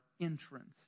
entrance